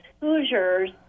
Hoosiers